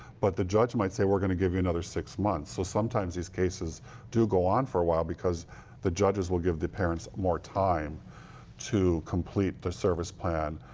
but the judge might say, we're going to give you another six months. so sometimes these cases do go on for a while because the judges will give the parents more time to complete the service plan,